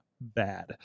bad